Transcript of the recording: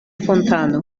fontano